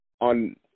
on